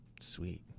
Sweet